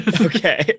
okay